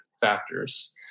factors